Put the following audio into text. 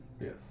Yes